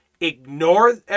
ignore